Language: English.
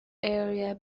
area